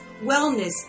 wellness